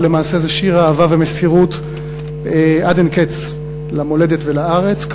אבל למעשה זה שיר אהבה ומסירות עד אין קץ למולדת ולארץ.